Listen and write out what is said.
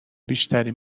بیشتری